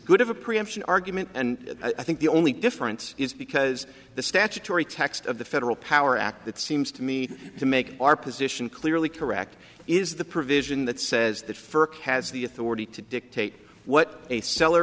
good of a preemption argument and i think the only difference is because the statutory text of the federal power act it seems to me to make our position clearly correct is the provision that says that for has the authority to dictate what a sell